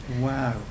Wow